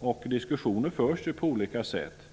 förs diskussionen på olika sätt.